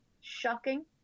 shocking